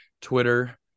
Twitter